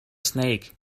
snake